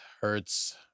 hurts